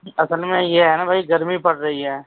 اصل میں یہ ہے نا بھائی گرمی پڑ رہی ہے